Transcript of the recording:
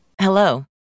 Hello